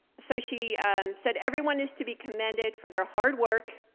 so she said, everyone is to be commended for their hard work,